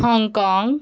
Hong Kong